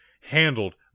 handled